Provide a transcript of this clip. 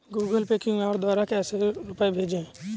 Google Pay QR द्वारा कैसे रूपए भेजें?